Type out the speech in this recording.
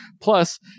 Plus